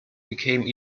became